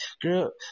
Girl